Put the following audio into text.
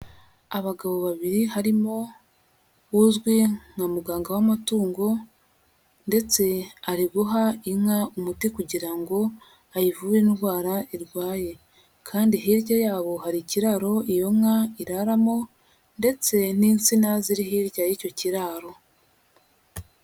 Abagabo babiri harimo, uzwi nka muganga w'amatungo, ndetse ari guha inka umuti kugira ngo ayivure indwara irwaye. Kandi hirya yabo hari ikiraro iyo nka iraramo, ndetse n'insina ziri hirya y'icyo kiraro.